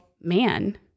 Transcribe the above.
man